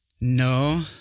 No